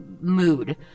mood